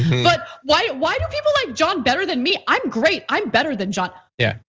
but why why do people like john better than me? i'm great, i'm better than john. yeah.